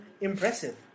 impressive